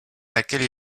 laquelle